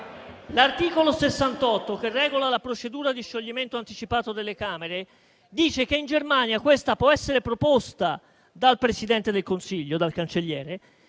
L'articolo 68, che regola la procedura di scioglimento anticipato delle Camere, dice che in Germania questa può essere proposta dal Cancelliere,